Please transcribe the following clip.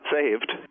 saved